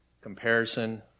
comparison